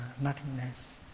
nothingness